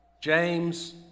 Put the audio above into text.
James